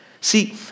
See